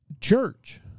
Church